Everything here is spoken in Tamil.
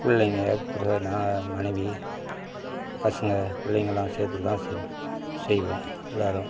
பிள்ளைங்க அப்புறோம் நான் மனைவி பசங்கள் பிள்ளைங்கலாம் சேர்த்துதான் செ செய்வோம் எல்லோரும்